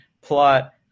plot